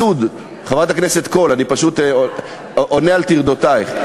חברת הכנסת קול, אני פשוט עונה על טרדותייך.